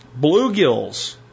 Bluegills